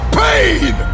pain